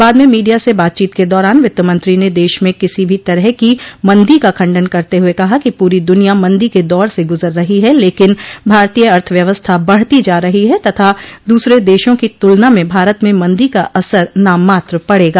बाद में मीडिया से बातचीत के दौरान वित्त मंत्री ने देश में किसी भी तरह की मंदी का खंडन करते हुए कहा कि पूरी दुनिया मंदी के दौर से गुजर रही है लेकिन भारतीय अर्थव्यवस्था बढ़ती जा रही है तथा दूसरे देशों की तुलना में भारत में मंदी का असर नाम मात्र पड़ेगा